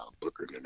Booker